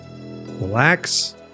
relax